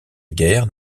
guerre